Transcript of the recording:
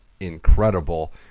incredible